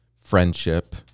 friendship